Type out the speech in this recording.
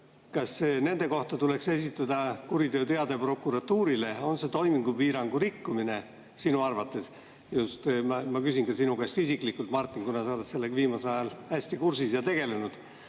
kas nende kohta tuleks esitada kuriteoteade prokuratuurile? Kas see on toimingupiirangu rikkumine sinu arvates – ma küsin ka sinu käest isiklikult, Martin, kuna sa oled sellega viimasel ajal hästi kursis ja tegelenud